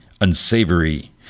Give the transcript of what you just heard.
unsavory